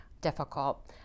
difficult